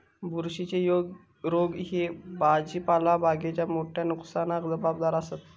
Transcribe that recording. बुरशीच्ये रोग ह्ये भाजीपाला बागेच्या मोठ्या नुकसानाक जबाबदार आसत